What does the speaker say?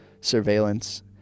surveillance